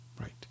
Right